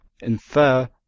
infer